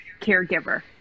caregiver